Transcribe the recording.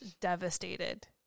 devastated